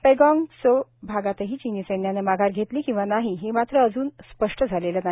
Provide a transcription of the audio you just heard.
पँगाँग त्सो भागातही चीनी सैन्यानं माघार घेतली किंवा नाही हे मात्र अजून स्पष्ट झालेलं नाही